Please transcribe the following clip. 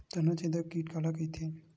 तनाछेदक कीट काला कइथे?